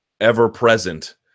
ever-present